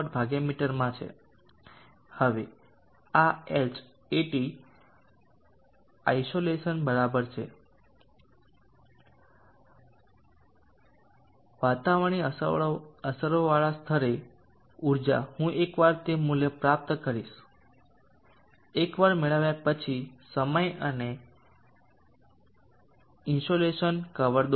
હવે આ Hat isolation બરાબર છે વાતાવરણીય અસરોવાળા સ્થળે ઊર્જા હું એકવાર તે મૂલ્ય પ્રાપ્ત કરીશ એકવાર મેળવ્યા પછી સમય અને ઇસોલેસન કરવ દોરો